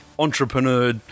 entrepreneur